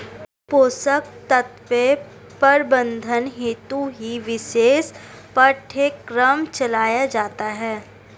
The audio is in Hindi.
पोषक तत्व प्रबंधन हेतु ही विशेष पाठ्यक्रम चलाया जाता है